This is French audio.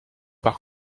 par